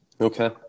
Okay